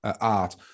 art